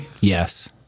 Yes